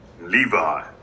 Levi